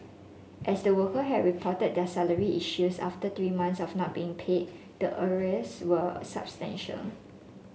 as the worker had reported their salary issues after three months of not being paid the arrears were substantial